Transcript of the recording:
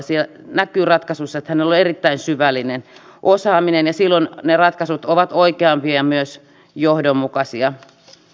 siellä näkyy ratkaisuissa että hänellä on erittäin syvällinen osaaminen ja silloin ne ratkaisut ovat oikeampia ja myös johdonmukaisia